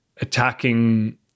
attacking